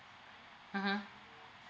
mmhmm